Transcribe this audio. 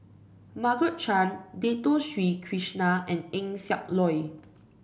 Margaret Chan Dato Sri Krishna and Eng Siak Loy